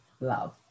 Love